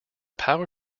power